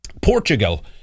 Portugal